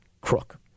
crook